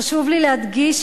חשוב לי להדגיש,